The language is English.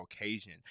occasion